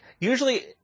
usually